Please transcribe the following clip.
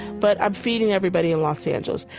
but i'm feeding everybody in los angeles.